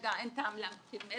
כרגע אין טעם להקפיא.